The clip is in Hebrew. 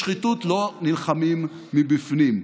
בשחיתות לא נלחמים מבפנים,